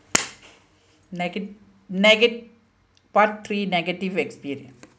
nega~ nega~ part three negative experience